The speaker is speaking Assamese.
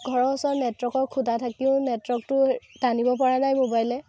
ঘৰৰ ওচৰত নেটৱৰ্কৰ খোঁটা থাকিও নেটৱৰ্কটো টানিব পৰা নাই মোবাইলে